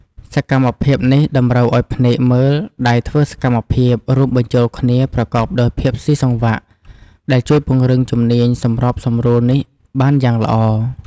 សកម្មភាពនេះតម្រូវឲ្យភ្នែកមើល ដៃធ្វើសកម្មភាព រួមបញ្ចូលគ្នាប្រកបដោយភាពស៊ីសង្វាក់ ដែលជួយពង្រឹងជំនាញសម្របសម្រួលនេះបានយ៉ាងល្អ។